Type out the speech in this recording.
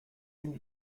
dem